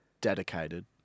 Dedicated